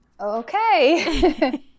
okay